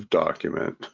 document